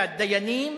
היה דיינים,